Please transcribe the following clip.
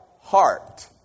heart